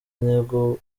intego